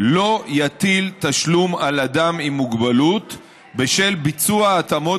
לא יטיל תשלום על אדם עם מוגבלות בשל ביצוע התאמות